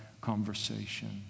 conversation